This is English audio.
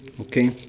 okay